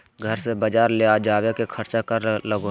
घर से बजार ले जावे के खर्चा कर लगो है?